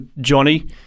Johnny